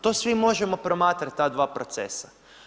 To svi možemo promatrati ta dva procesa.